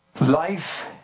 Life